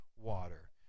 water